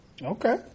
Okay